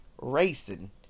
racing